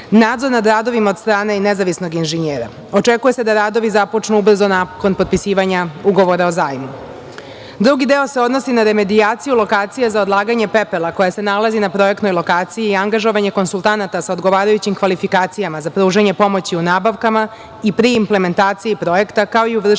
nadzor nad radovima od strane nezavisnog inženjera. Očekuju se da radovi započnu ubrzo nakon potpisivanja ugovora o zajmu. Drugi deo se odnosi na remedijaciju lokacije za odlaganje pepela, koja se nalazi na projektnoj lokaciji i angažovanje konsultanata sa odgovarajućim kvalifikacijama za pružanje pomoći u nabavkama i pri implementaciji projekta, kao i u vršenju